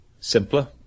simpler